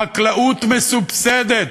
חקלאות מסובסדת.